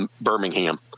Birmingham